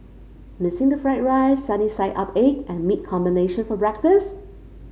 missing the fried rice sunny side up egg and meat combination for breakfast